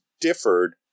differed